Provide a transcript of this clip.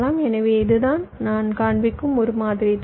எனவே இதுதான் நான் காண்பிக்கும் ஒரு மாதிரி தரவு